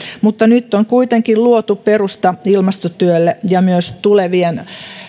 mutta nyt on kuitenkin luotu perusta ilmastotyölle ja myös tulevien